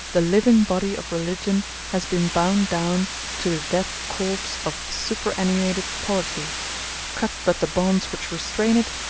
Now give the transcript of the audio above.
the living body of religion has been bound down to the dead corpse of superannuated polity cut but the bonds which restrain it,